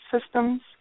systems